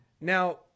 Now